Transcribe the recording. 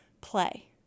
play